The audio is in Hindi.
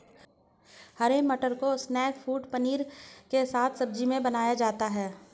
हरे मटर को स्नैक फ़ूड पनीर के साथ सब्जी में बनाया जाता है